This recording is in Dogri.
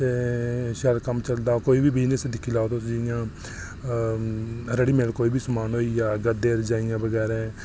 ते शैल कम्म चलदा कोई बी बिजनेस दिक्खी लैओ रेडी मेड कोई बी समान होई गेआ गद्दे रजाइयां बगैरा